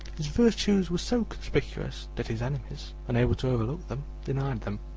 his virtues were so conspicuous that his enemies, unable to overlook them, denied them,